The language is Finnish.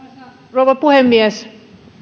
rouva puhemies